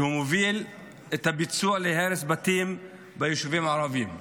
שמוביל את הביצוע להרס בתים ביישובים הערביים.